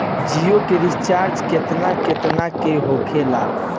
जियो के रिचार्ज केतना केतना के होखे ला?